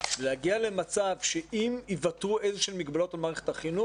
להגיע למצב שאם יוותרו איזשהם מגבלות על מערכת החינוך,